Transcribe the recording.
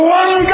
one